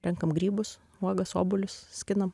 renkam grybus uogas obuolius skinam